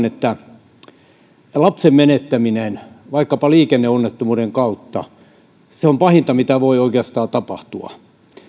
että lapsen menettäminen vaikkapa liikenneonnettomuuden kautta on pahinta mitä voi oikeastaan tapahtua